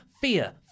Fear